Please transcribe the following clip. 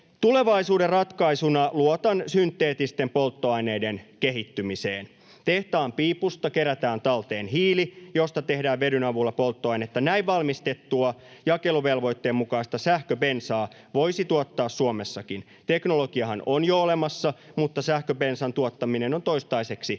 Tulevaisuuden ratkaisuna luotan synteettisten polttoaineiden kehittymiseen. Tehtaan piipusta kerätään talteen hiili, josta tehdään vedyn avulla polttoainetta. Näin valmistettua jakeluvelvoitteen mukaista sähköbensaa voisi tuottaa Suomessakin. Teknologiahan on jo olemassa, mutta sähköbensan tuottaminen on toistaiseksi